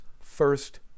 First